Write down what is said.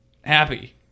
happy